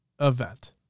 Event